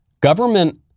Government